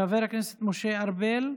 חבר הכנסת משה ארבל,